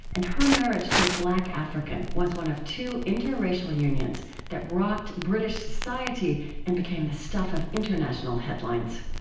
and her marriage to a black african was one of two interracial unions that rocked british society and became the stuff of international headlines